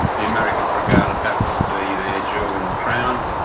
the americans regarded that would be their jewel in the crown.